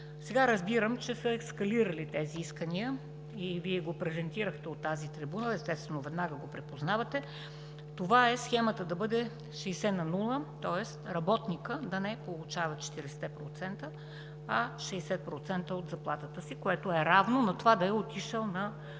Сега разбирам, че са ескалирали тези искания и Вие го презентирахте от тази трибуна. Естествено, веднага го припознавате – схемата да бъде 60/0, тоест работникът да не получава 40%, а 60% от заплатата си, което е равно на това да е отишъл на Борсата